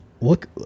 look